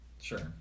Sure